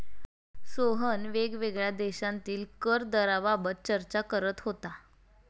सोहन वेगवेगळ्या देशांतील कर दराबाबत चर्चा करत होता